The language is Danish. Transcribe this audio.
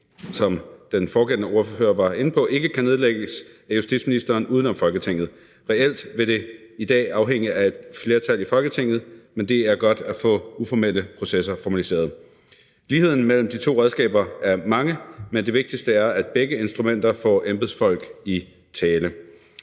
som den foregående ordfører var inde på – ikke kan nedlægges af justitsministeren uden om Folketinget. Reelt vil det i dag afhænge af et flertal i Folketinget, men det er godt at få uformelle processer formaliseret. Lighederne mellem de to redskaber er mange, men det vigtigste er, at begge instrumenter får embedsfolk i tale.